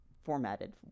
formatted